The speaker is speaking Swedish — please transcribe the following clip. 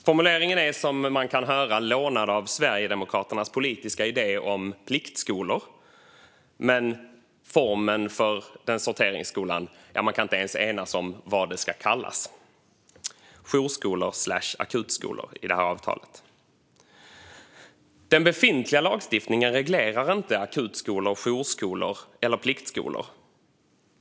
Formuleringen är, som man kan höra, lånad av Sverigedemokraternas politiska idé om pliktskolor, men man kan inte ens enas om vad formen för den sorteringsskolan ska kallas - jourskolor/akutskolor i avtalet. Den befintliga lagstiftningen reglerar inte akutskolor, jourskolor eller pliktskolor.